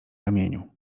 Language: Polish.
ramieniu